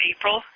April